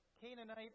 Canaanite